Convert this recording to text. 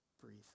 Breathe